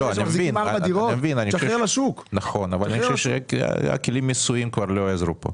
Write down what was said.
אני חושב שהכלים המיסויים כבר לא יעזרו כאן.